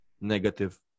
negative